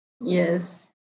Yes